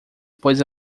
pois